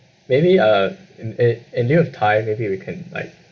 maybe uh in it in view of time maybe we can like